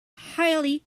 highly